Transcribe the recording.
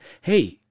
hey